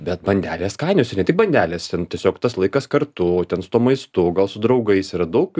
bet bandelės skanios ir ne tik bandelės ten tiesiog tas laikas kartu ten su tuo maistu gal su draugais yra daug